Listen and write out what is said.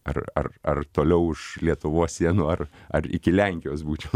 ar ar ar toliau už lietuvos sienų ar ar iki lenkijos būčiau